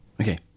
Okay